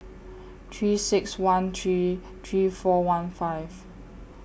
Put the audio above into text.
three six one three three four one five